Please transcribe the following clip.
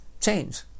change